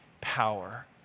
power